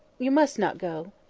you must not go!